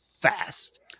fast